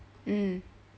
mm